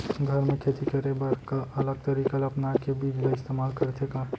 घर मे खेती करे बर का अलग तरीका ला अपना के बीज ला इस्तेमाल करथें का?